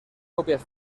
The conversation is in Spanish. copias